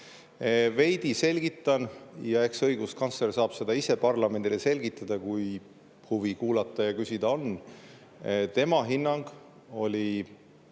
Veidi selgitan ja eks õiguskantsler saab seda ka ise parlamendile selgitada, kui on huvi kuulata ja küsida. Tema hinnang oli